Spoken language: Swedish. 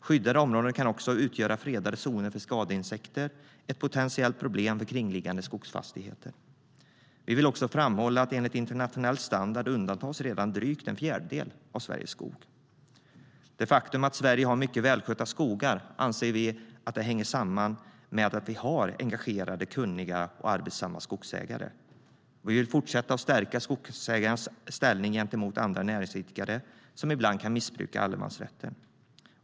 Skyddade områden kan också utgöra fredade zoner för skadeinsekter, ett potentiellt problem för kringliggande skogsfastigheter. Det faktum att Sverige har mycket välskötta skogar anser vi hänger samman med att vi i Sverige har engagerade, kunniga och arbetsamma skogsägare. Vi vill fortsatt stärka skogsägarens ställning gentemot andra näringsidkare, som ibland kan missbruka allemansrätten.